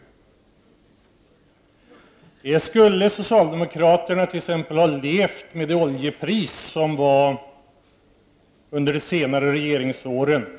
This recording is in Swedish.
Om oljepriset i dag hade varit lika högt som det var under de senare borgerliga regeringsåren,